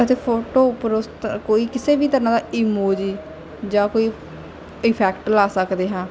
ਅਤੇ ਫੋਟੋ ਉੱਪਰ ਉਸ ਤ ਕੋਈ ਕਿਸੇ ਵੀ ਤਰ੍ਹਾਂ ਦਾ ਇਮੋਜੀ ਜਾਂ ਕੋਈ ਇਫੈਕਟ ਲਾ ਸਕਦੇ ਹਾਂ